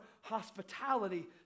hospitality